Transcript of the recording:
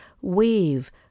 weave